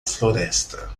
floresta